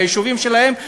מהיישובים שלהם,